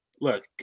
look